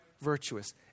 virtuous